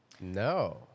No